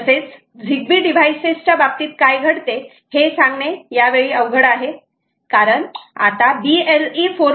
तसेच Zigbee devices च्या बाबतीत काय घडते हे सांगणे यावेळी अवघड आहे कारण आता BLE 4